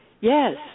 Yes